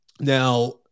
now